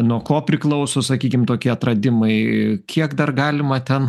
nuo ko priklauso sakykim tokie atradimai kiek dar galima ten